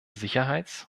sicherheits